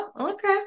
Okay